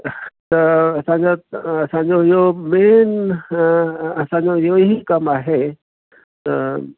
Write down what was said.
त असांजा असांजो इहो मेन असांजो इहो ई कमु आहे त